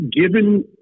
given